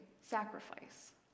sacrifice